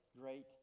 great